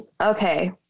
okay